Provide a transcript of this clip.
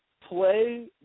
play